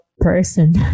Person